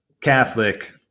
Catholic